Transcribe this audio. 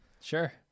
Sure